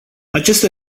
aceste